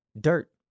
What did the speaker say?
Dirt